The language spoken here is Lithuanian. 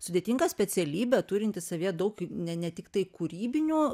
sudėtinga specialybė turinti savyje daug ne ne tiktai kūrybinių